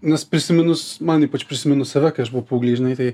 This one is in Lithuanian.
nes prisiminus man ypač prisiminus save kai aš buvau paauglys žinai tai